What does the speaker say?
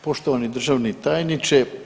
Poštovani državni tajniče.